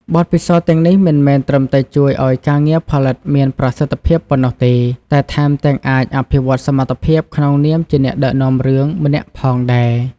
បទពិសោធន៍ទាំងនេះមិនមែនត្រឹមតែជួយឲ្យការងារផលិតមានប្រសិទ្ធភាពប៉ុណ្ណោះទេ តែថែមទាំងអាចអភិវឌ្ឍសមត្ថភាពក្នុងនាមជាអ្នកដឹកនាំរឿងម្នាក់ផងដែរ។